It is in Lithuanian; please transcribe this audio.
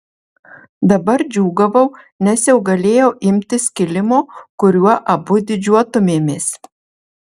dabar džiūgavau nes jau galėjau imtis kilimo kuriuo abu didžiuotumėmės